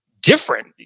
different